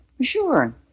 Sure